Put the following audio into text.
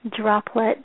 droplet